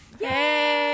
Yay